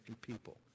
people